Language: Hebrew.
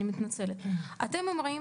אני מתנצלת: אתם אומרים